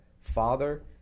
father